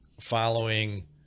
following